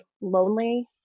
lonely